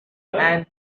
and